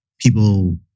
people